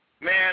Man